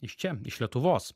iš čia iš lietuvos